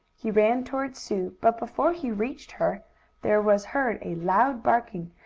he ran toward sue, but before he reached her there was heard a loud barking,